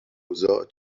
اوضاع